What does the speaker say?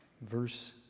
verse